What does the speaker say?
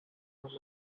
from